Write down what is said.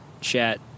chat